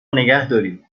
نگهدارید